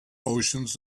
oceans